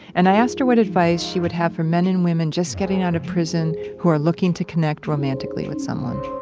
and i asked her what advice she would have for men and women just getting out of prison who are looking to connect romantically with someone